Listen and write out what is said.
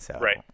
Right